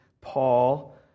Paul